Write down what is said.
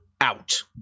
out